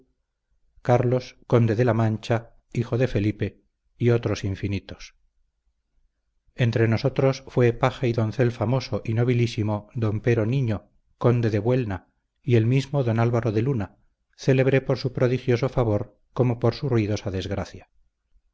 carlos conde de la mancha hijo de felipe y otros infinitos entre nosotros fue paje y doncel famoso y nobilísimo don pero niño conde de buelna y el mismo don álvaro de luna célebre por su progidioso favor como por su ruidosa desgracia